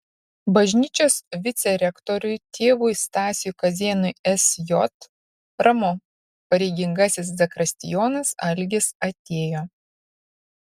bažnyčios vicerektoriui tėvui stasiui kazėnui sj ramu pareigingasis zakristijonas algis atėjo